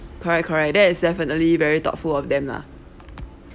correct correct that is definitely very thoughtful of them lah